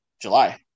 July